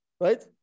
right